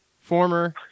former